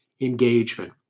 engagement